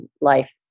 life